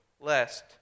lest